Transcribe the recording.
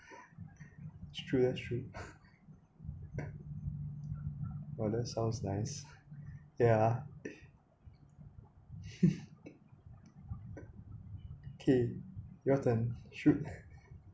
true that's true oh that sounds nice yeah okay your turn shoot